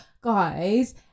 guys